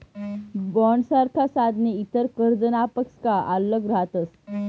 बॉण्डसारखा साधने इतर कर्जनापक्सा आल्लग रहातस